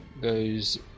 goes